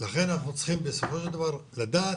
לכן אנחנו צריכים בסופו של דבר לדעת